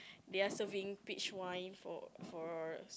they're serving peach wine for for